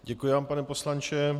Děkuji vám, pane poslanče.